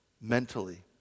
mentally